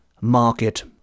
market